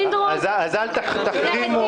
פינדרוס, זה רציני.